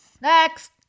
next